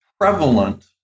prevalent